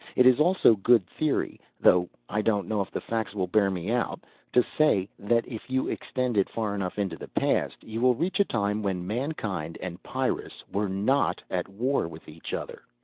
it is also good theory though i don't know if the facts will bear me out to say that if you extend it far enough into the past you will reach a time when mankind and pyrrus were not at war with each other.